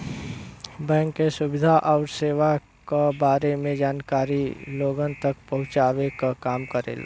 bank क सुविधा आउर सेवा क बारे में जानकारी लोगन तक पहुँचावे क काम करेलन